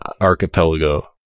archipelago